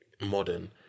Modern